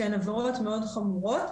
שהן עבירות מאוד חמורות,